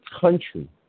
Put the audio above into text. country